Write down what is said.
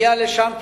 מגיע לשם כמצוותך,